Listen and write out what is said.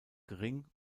gering